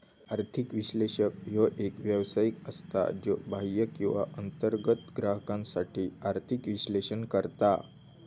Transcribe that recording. आर्थिक विश्लेषक ह्यो एक व्यावसायिक असता, ज्यो बाह्य किंवा अंतर्गत ग्राहकांसाठी आर्थिक विश्लेषण करता